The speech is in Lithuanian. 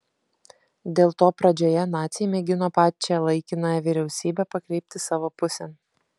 dėl to pradžioje naciai mėgino pačią laikinąją vyriausybę pakreipti savo pusėn